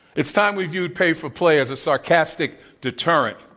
it's time we viewed pay for play as a sarcastic deterrent